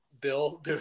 Bill